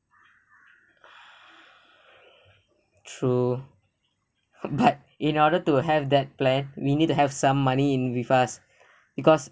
true but in order to have that plan we need to have some money in with us because